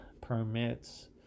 permits